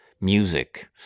music